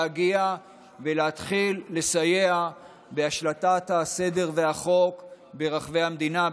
להגיע ולהתחיל לסייע בהשלטת הסדר והחוק ברחבי המדינה,